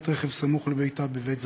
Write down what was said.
מפגיעת רכב סמוך לביתה בבית-זרזיר.